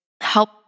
help